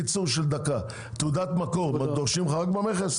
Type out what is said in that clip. זה רק במכס